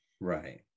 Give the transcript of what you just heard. Right